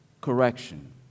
correction